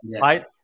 right